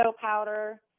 powder